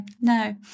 no